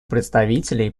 представителей